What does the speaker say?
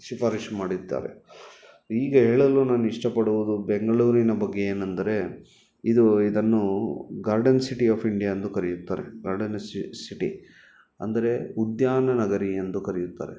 ಶಿಫಾರಿಸ್ ಮಾಡಿದ್ದಾವೆ ಈಗ ಹೇಳಲು ನಾನು ಇಷ್ಟಪಡುವುದು ಬೆಂಗಳೂರಿನ ಬಗ್ಗೆ ಏನೆಂದರೆ ಇದು ಇದನ್ನು ಗಾರ್ಡನ್ ಸಿಟಿ ಆಫ್ ಇಂಡಿಯಾ ಎಂದು ಕರೆಯುತ್ತಾರೆ ಗಾರ್ಡನ್ ಸಿಟಿ ಅಂದರೆ ಉದ್ಯಾನನಗರಿ ಎಂದು ಕರೆಯುತ್ತಾರೆ